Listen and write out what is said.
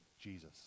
Jesus